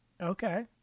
okay